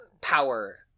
power